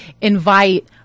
invite